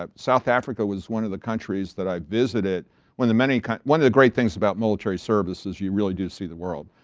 um south africa was one of the countries that i visited when the many kind of one of the great things about military service, you really do see the world.